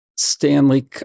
Stanley